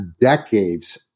decades